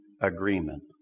agreement